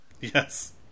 Yes